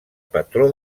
patró